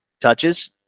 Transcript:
touches